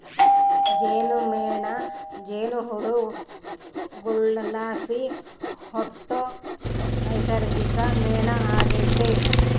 ಜೇನುಮೇಣ ಜೇನುಹುಳುಗುಳ್ಲಾಸಿ ಹುಟ್ಟೋ ನೈಸರ್ಗಿಕ ಮೇಣ ಆಗೆತೆ